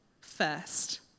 first